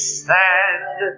stand